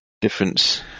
difference